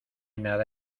nada